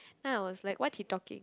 then I was like what he talking